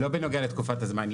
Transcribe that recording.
זה לא בנוגע לתקופת הזמן.